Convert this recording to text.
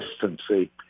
consistency